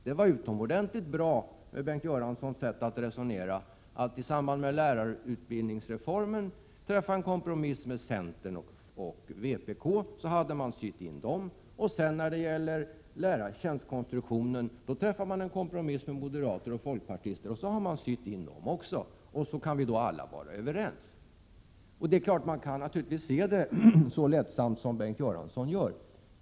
Det var, enligt Bengt Göranssons sätt att resonera, utomordentligt bra att i samband med lärarutbildningsreformen träffa en kompromiss med centern och vpk. Då sydde man in dem. När det gäller lärartjänstkonstruktionen träffar man en kompromiss med moderater och folkpartister, så har man sytt in dem också. Sedan kan vi alla vara överens. Man kan naturligtvis se det så lättsamt som Bengt Göransson.